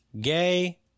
gay